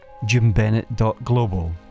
jimbennett.global